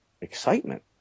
excitement